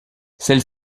celle